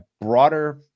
broader